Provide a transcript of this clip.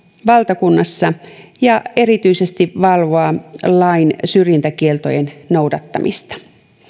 valtakunnassa ja erityisesti valvoa lain syrjintäkieltojen noudattamista